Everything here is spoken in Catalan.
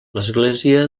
església